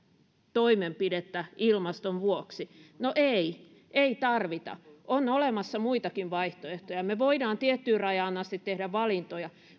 toimenpidettä ilmaston vuoksi no ei ei tarvita on olemassa muitakin vaihtoehtoja me voimme tiettyyn rajaan asti tehdä valintoja